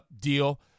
deal